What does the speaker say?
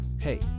hey